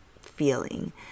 feeling